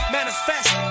Manifest